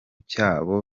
cyabo